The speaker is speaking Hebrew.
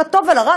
לטוב ולרע,